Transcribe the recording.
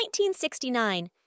1969